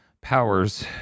Powers